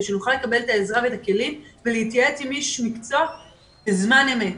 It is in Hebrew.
שיוכלו לקבל את העזרה ואת הכלים ולהתייעץ עם איש מקצוע בזמן אמת.